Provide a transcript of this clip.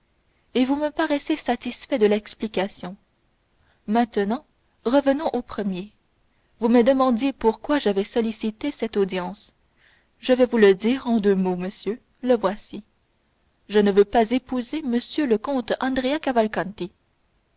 et vous me paraissez satisfait de l'explication maintenant revenons au premier vous me demandiez pourquoi j'avais sollicité cette audience je vais vous le dire en deux mots monsieur le voici je ne veux pas épouser m le comte